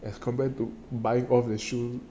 as compared to buying of the shoe